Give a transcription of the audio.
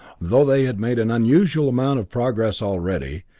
though they had made an unusual amount of progress already,